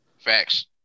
Facts